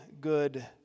good